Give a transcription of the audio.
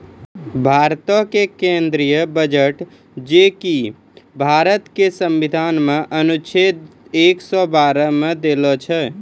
भारतो के केंद्रीय बजट जे कि भारत के संविधान मे अनुच्छेद एक सौ बारह मे देलो छै